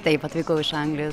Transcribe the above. taip atvykau iš anglijos